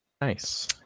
Nice